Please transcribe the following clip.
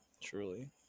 Truly